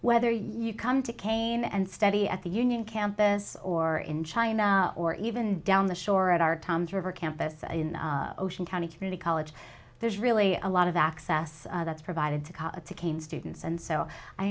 whether you come to kane and study at the union campus or in china or even down the shore at our toms river campus in ocean county community college there's really a lot of access that's provided to cane students and so i